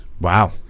Wow